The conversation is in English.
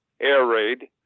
air-raid